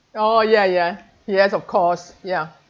oh ya ya ya yes of course ya